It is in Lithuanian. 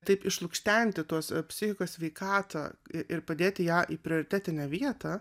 taip išlukštenti tuos psichikos sveikatą ir padėti ją į prioritetinę vietą